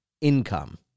income